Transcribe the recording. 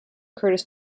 curtis